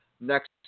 Next